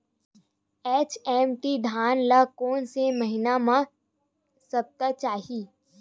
HMT धान ल कोन से महिना म सप्ता चाही?